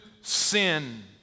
sin